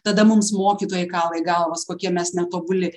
tada mums mokytojai kala į galvas kokie mes netobuli